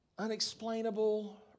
unexplainable